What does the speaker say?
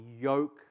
yoke